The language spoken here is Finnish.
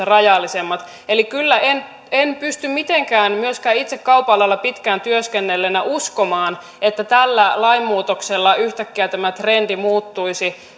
rajallisemmat eli en kyllä pysty mitenkään myöskään itse kaupan alalla pitkään työskennelleenä uskomaan että tällä lainmuutoksella yhtäkkiä tämä trendi muuttuisi